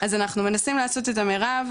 אז אנחנו מנסים לעשות את המירב,